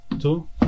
Two